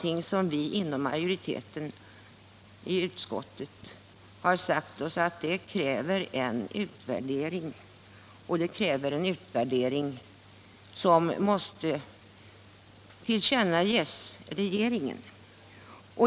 Inom majoriteten i utskottet har vi sagt oss att detta kräver den utvärdering som måste tillkännages regeringen.